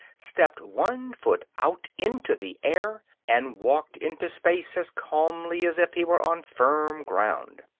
stepped one foot out into the air, and walked into space as calmly as if he were on firm ground.